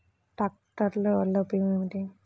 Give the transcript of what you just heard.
ట్రాక్టర్ల వల్ల ఉపయోగం ఏమిటీ?